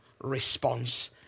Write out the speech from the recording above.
response